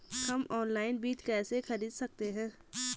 हम ऑनलाइन बीज कैसे खरीद सकते हैं?